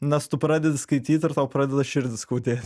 nes tu pradedi skaityt ir tau pradeda širdį skaudėt